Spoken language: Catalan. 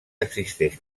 existeix